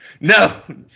No